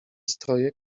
stroje